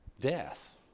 death